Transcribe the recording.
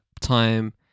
time